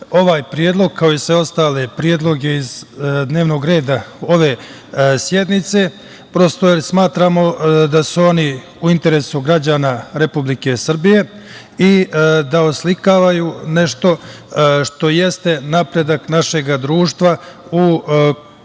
ovaj predlog, kao i sve ostale predloge iz dnevnog reda ove sednice, jer smatramo da su oni u interesu građana Republike Srbije i da oslikavaju nešto što jeste napredak našeg društva,